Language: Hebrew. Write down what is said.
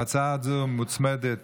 להצעה זו מוצמדת